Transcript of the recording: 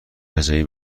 وجبی